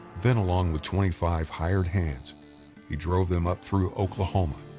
then along with twenty five hired hands he drove them up through oklahoma,